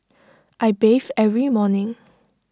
I bathe every morning